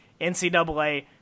NCAA